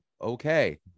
okay